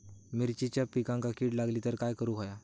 मिरचीच्या पिकांक कीड लागली तर काय करुक होया?